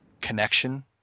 connection